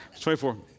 24